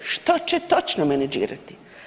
Što će točno menadžirati?